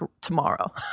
tomorrow